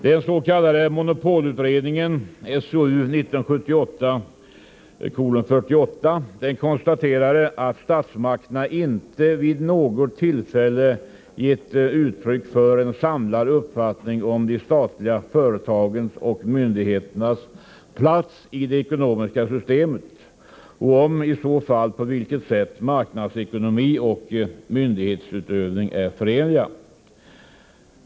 Den s.k. monopolutredningen, SOU 1978:48, konstaterade att statsmakterna inte vid något tillfälle gett uttryck för en samlad uppfattning om de statliga företagens och myndigheternas plats i det ekonomiska systemet och om, i så fall, på vilket sätt marknadsekonomi och myndighetsutövning är förenliga.